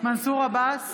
מנסור עבאס,